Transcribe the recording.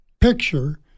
picture